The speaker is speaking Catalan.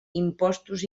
impostos